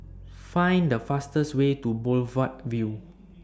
Find The fastest Way to Boulevard Vue